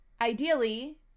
ideally